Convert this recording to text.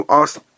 asked